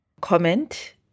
comment